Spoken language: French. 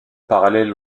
parallèle